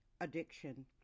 addiction